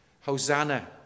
Hosanna